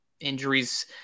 injuries